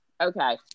Okay